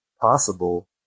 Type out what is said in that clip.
possible